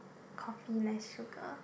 coffee less sugar